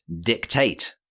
dictate